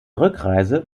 rückreise